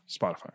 Spotify